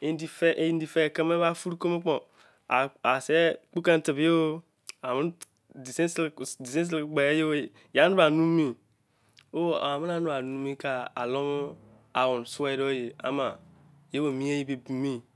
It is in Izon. endi fer ya keme ba furu keme al. se ke kene keme tibe ye musi bra numu emi ama ye ke mie ebi ebu- me